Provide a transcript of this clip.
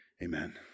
Amen